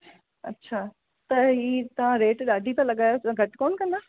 अच्छा त हीअ तव्हां रेट ॾाढी था लगायो त घटि कोन्ह कंदा